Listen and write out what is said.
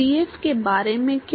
CF के बारे में क्या